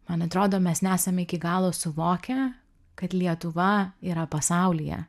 man atrodo mes nesam iki galo suvokę kad lietuva yra pasaulyje